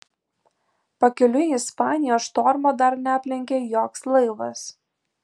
pakeliui į ispaniją štormo dar neaplenkė joks laivas